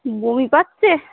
বমি পাচ্ছে